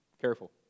Careful